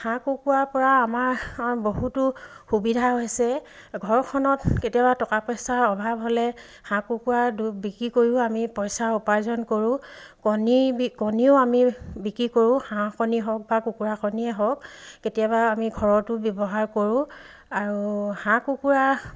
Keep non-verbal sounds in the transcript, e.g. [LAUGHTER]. হাঁহ কুকুৰাৰ পৰা আমাৰ বহুতো সুবিধা হৈছে ঘৰখনত কেতিয়াবা টকা পইচাৰ অভাৱ হ'লে হাঁহ কুকুৰা বিক্ৰী কৰিও আমি পইচা উপাৰ্জন কৰোঁ কণী [UNINTELLIGIBLE] কণীও আমি বিক্ৰী কৰোঁ হাঁহ কণী হওক বা কুকুৰা কণীয়ে হওক কেতিয়াবা আমি ঘৰতো ব্যৱহাৰ কৰোঁ আৰু হাঁহ কুকুৰা